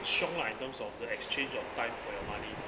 凶 lah in terms of the exchange of time for your money